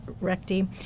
recti